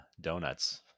donuts